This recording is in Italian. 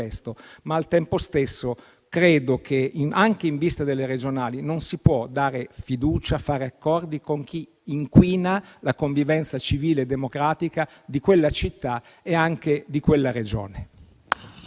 ma al tempo stesso credo che, anche in vista delle regionali, non si possa dare fiducia e fare accordi con chi inquina la convivenza civile e democratica di quella città e anche di quella Regione.